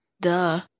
Duh